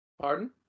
Pardon